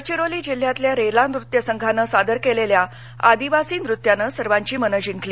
गडचिरोली जिल्ह्यातील रेला नृत्य संघाने सादर केलेल्या आदिवासी नृत्याने यावेळी सर्वाची मने जिंकली